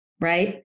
Right